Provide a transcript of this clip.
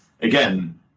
Again